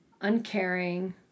uncaring